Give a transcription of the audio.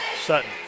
Sutton